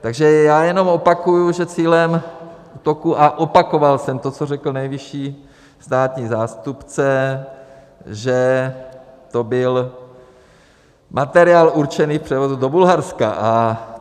Takže já jenom opakuji, že cílem útoku, a opakoval jsem to, co řekl nejvyšší státní zástupce, že to byl materiál určený k převozu do Bulharska.